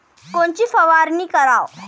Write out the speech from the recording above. कोनची फवारणी कराव?